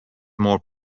more